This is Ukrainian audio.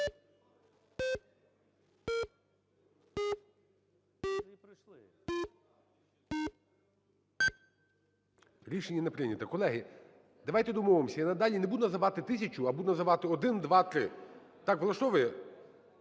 Рішення не прийнято. Колеги, давайте домовимося, я надалі не буду називати 1000, а буду називати: 1, 2, 3. Так влаштовує,